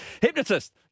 Hypnotist